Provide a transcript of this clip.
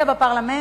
בפרלמנט